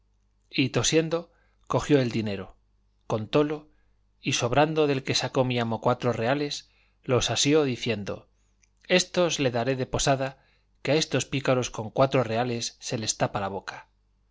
y tosiendo cogió el dinero contólo y sobrando del que sacó mi amo cuatro reales los asió diciendo éstos le daré de posada que a estos pícaros con cuatro reales se les tapa la boca